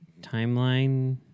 timeline